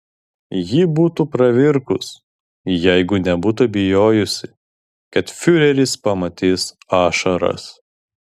ji būtų pravirkus jeigu nebūtų bijojusi kad fiureris pamatys ašaras